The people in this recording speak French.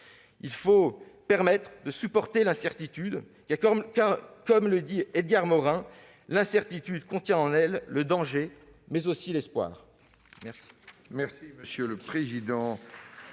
Il faut permettre de supporter l'incertitude. Comme le dit Edgar Morin, « l'incertitude contient en elle le danger, et aussi l'espoir.